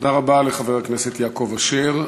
תודה רבה לחבר הכנסת יעקב אשר.